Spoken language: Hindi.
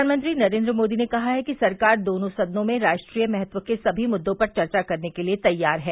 प्रधानमंत्री नरेंद्र मोदी ने कहा है कि सरकार दोनों सदनों में राष्ट्रीय महत्व के सभी मूद्रों पर चर्चा करने के लिए तैयार है